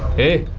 hey,